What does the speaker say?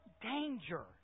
danger